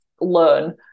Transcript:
learn